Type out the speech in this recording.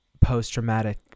post-traumatic